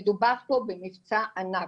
מדובר פה במבצע ענק,